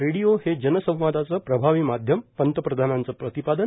radio हे जनसंवादाचं प्रभावी माध्यम पंतप्रधानांचं प्रतिपादन